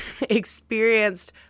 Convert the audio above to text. experienced